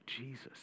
Jesus